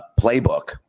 playbook